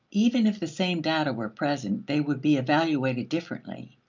even if the same data were present, they would be evaluated differently.